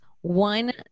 one